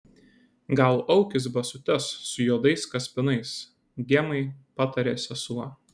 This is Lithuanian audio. gal aukis basutes su juodais kaspinais gemai patarė sesuo